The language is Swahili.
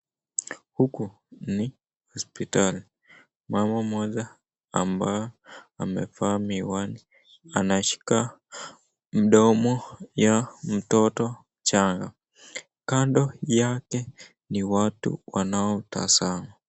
Huku ni hospitali, mama mmoja ambao amevaa miwani anashika mdomo ya mtoto mchanga. Kando yake ni watu wanaotazama.